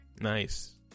Nice